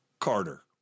Carter